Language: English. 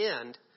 end